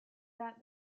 that